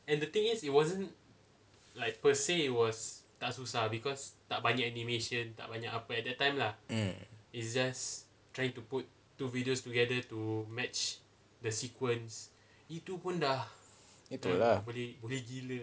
mm itu lah